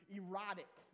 erotic